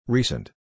Recent